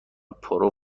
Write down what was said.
پرو